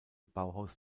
bauhaus